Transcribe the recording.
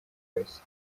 yose